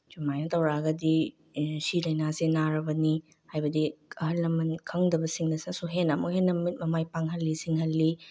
ꯁꯨꯃꯥꯏꯅ ꯇꯧꯔꯛꯑꯒꯗꯤ A C ꯂꯥꯏꯅꯥꯖꯤ ꯅꯥꯔꯕꯅꯤ ꯍꯥꯏꯕꯗꯤ ꯑꯍꯜ ꯂꯃꯟ ꯈꯪꯗꯕꯁꯤꯡꯅꯁꯨ ꯍꯦꯟꯅ ꯑꯃꯨꯛ ꯍꯦꯟꯅ ꯃꯃꯤꯠ ꯃꯃꯥꯏ ꯄꯥꯡꯍꯜꯂꯤ ꯁꯤꯡꯍꯜꯂꯤ